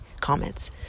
comments